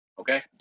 okay